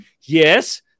yes